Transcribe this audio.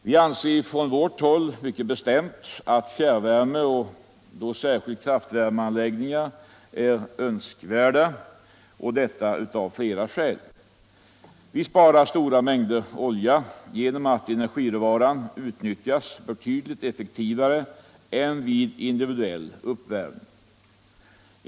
Vi anser mycket bestämt att fjärrvärme, särskilt kraftvärmeanläggningar, är någonting önskvärt — detta av flera skäl. Man sparar stora mängder olja genom att energiråvaran utnyttjas betydligt effektivare än vid individuell uppvärmning.